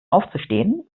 aufzustehen